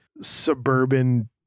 suburban